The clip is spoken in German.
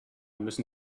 müssen